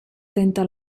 tenta